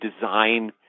design